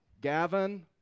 Gavin